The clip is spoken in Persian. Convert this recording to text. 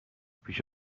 پیش